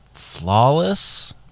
flawless